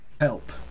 help